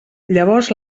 llavors